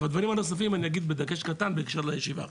את הדברים הנוספים אגיד בדגש קטן בהקשר לישיבה עכשיו.